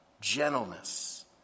gentleness